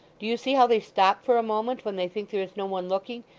do you see how they stop for a moment, when they think there is no one looking,